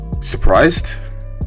Surprised